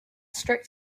strict